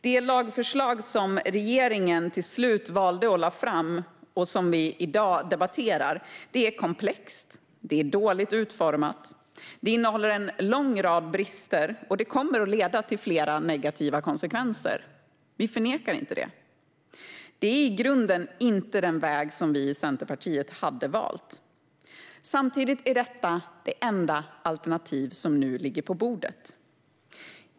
Det lagförslag som regeringen till slut valde att lägga fram och som vi i dag debatterar är komplext och dåligt utformat. Det innehåller en lång rad brister och kommer att leda till flera negativa konsekvenser. Vi förnekar inte detta. Det är i grunden inte den väg som vi i Centerpartiet skulle ha valt. Samtidigt är detta det enda alternativ som nu ligger på bordet.